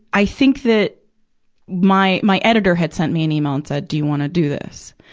i think that my, my editor had sent me an email and said, do you want to do this?